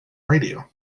radio